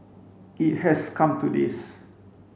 it has come to this